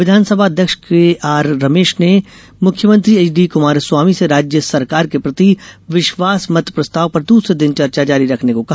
विधानसभा अध्यक्ष के आर रमेश ने मुख्यमंत्री एच डी कुमारस्वामी से राज्य सरकार के प्रति विश्वास मत प्रस्ताव पर दूसरे दिन चर्चा जारी रखने को कहा